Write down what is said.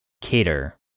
Cater